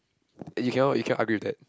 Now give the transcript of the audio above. you cannot you cannot argue with that